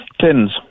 tins